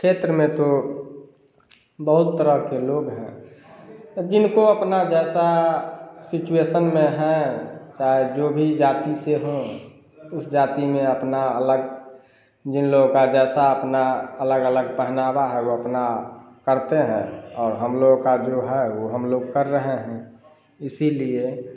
क्षेत्र में तो बहुत तरह के लोग हैं जिनको अपना जैसा सिचुएशन में है चाहे जो भी जाति से हों उस जाति में अपना अलग जिन लोगों का जैसा अपना अलग अलग पहनावा है वह अपना करते हैं और हमलोगों का जो है वह हमलोग कर रहे हैं इसीलिए